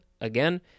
again